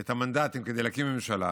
את המנדטים כדי להקים ממשלה